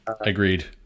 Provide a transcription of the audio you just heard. Agreed